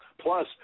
Plus